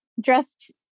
dressed